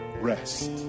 rest